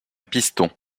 piston